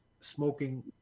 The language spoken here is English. smoking